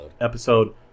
episode